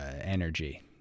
energy